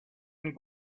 and